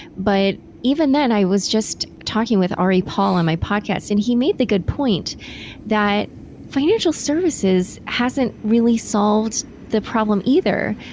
but even then, i was just talking with ari paul on my podcast and he made the good point that financial services hasn't really solved the problem either.